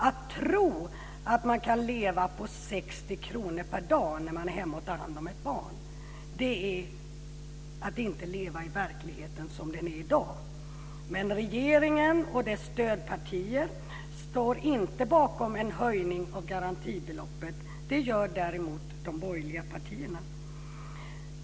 Att tro att man kan leva på 60 kr per dag när man är hemma och tar hand om ett barn är att inte leva i verkligheten som den är i dag. Men regeringen och dess stödpartier står inte bakom en höjning av garantibeloppet. Det gör däremot de borgerliga partierna.